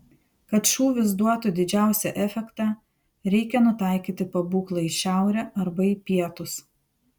kad šūvis duotų didžiausią efektą reikia nutaikyti pabūklą į šiaurę arba į pietus